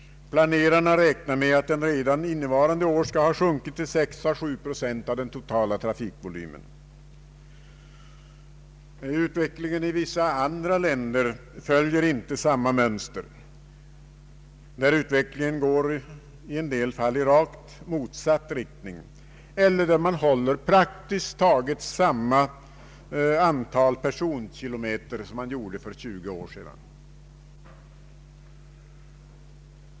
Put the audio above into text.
Planerarna räknar med att den redan innevarande år skall ha sjunkit till 6 å 7 procent av den totala trafikvolymen. Utvecklingen i vissa andra länder följer inte samma mönster. Där går utvecklingen i en del fall i rakt motsatt riktning, och där håller man praktiskt taget samma antal personkilometer som man gjorde för 20 år sedan.